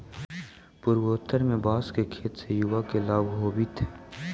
पूर्वोत्तर में बाँस के खेत से युवा के लाभ होवित हइ